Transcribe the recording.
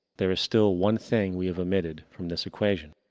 there is still one thing we have omitted from this equation.